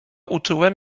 uczułem